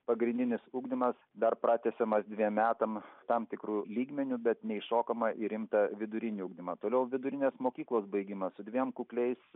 pagrindinis ugdymas dar pratęsiamas dviem metams tam tikru lygmeniu bet neįšokama į rimtą vidurinį ugdymą toliau vidurinės mokyklos baigimas su dviem kukliais